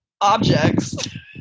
objects